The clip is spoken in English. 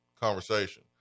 conversation